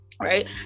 Right